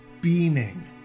beaming